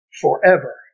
forever